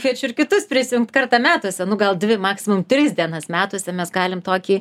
kviečiu ir kitus prisijungt kartą metuose nu gal dvi maksimum tris dienas metuose mes galim tokį